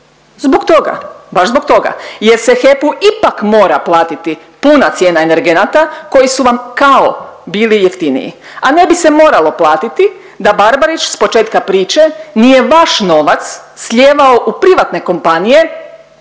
zbog toga, baš zbog toga jer se HEP-u ipak mora platiti puna cijena energenata koji su vam kao bili jeftiniji, a ne ib se moralo platiti da Barbarić sa početka priče nije vaš novac slijevao u privatne kompanije